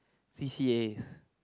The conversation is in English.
c_c_as